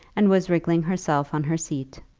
and was wriggling herself on her seat,